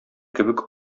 кебек